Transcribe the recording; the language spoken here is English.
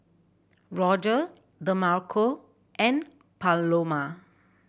Roger Demarco and Paloma